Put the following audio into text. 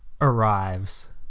arrives